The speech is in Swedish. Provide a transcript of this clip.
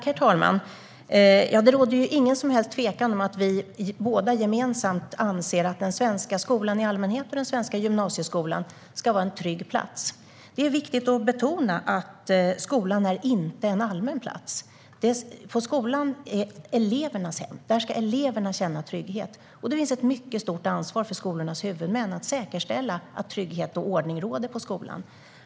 Herr talman! Det råder inget som helst tvivel om att vi båda gemensamt anser att den svenska skolan i allmänhet och den svenska gymnasieskolan ska vara en trygg plats. Det är viktigt att betona att skolan inte är allmän plats. Skolan är elevernas hem. Där ska eleverna känna trygghet. Skolornas huvudmän har ett mycket stort ansvar att säkerställa att trygghet och ordning råder på skolan.